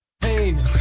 Pain